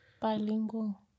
Bilingual